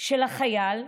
של החייל,